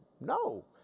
No